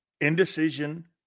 Indecision